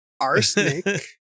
arsenic